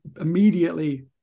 immediately